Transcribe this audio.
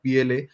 PLA